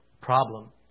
problem